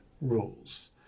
rules